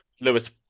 Lewis